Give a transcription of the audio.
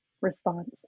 response